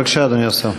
בבקשה, אדוני השר.